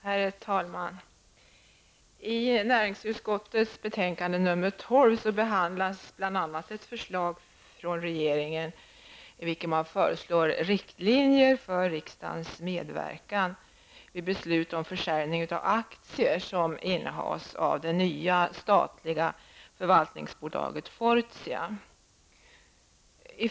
Herr talman! I NU 12 behandlas bl.a. ett förslag från regeringen, i vilket man föreslår riktlinjer för riksdagens medverkan vid beslut om försäljning av aktier som innehas av det nya statliga förvaltningsbolaget Fortia.